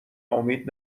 امید